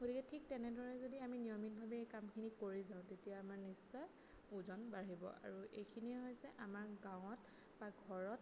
গতিকে ঠিক তেনেদৰে যদি আমি নিয়মিতভাৱে এই কামখিনি কৰি যাওঁ তেতিয়া আমাৰ নিশ্চয় ওজন বাঢ়িব আৰু এইখিনিয়ে হৈছে আমাৰ গাঁৱত বা ঘৰত